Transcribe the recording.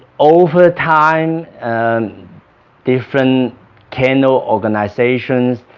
over time and different kennel organizations,